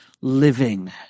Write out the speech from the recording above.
living